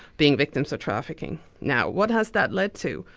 being victims of trafficking. now what has that led to?